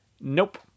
Nope